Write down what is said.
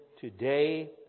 today